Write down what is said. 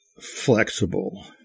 flexible